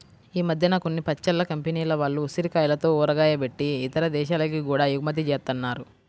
ఈ మద్దెన కొన్ని పచ్చళ్ళ కంపెనీల వాళ్ళు ఉసిరికాయలతో ఊరగాయ బెట్టి ఇతర దేశాలకి గూడా ఎగుమతి జేత్తన్నారు